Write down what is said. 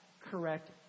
correct